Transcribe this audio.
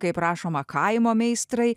kaip rašoma kaimo meistrai